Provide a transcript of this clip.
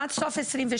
עד סוף 2022,